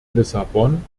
lissabon